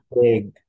big